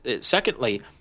secondly